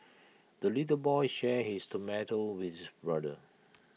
the little boy shared his tomato with his brother